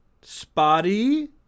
spotty